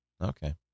Okay